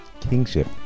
kingship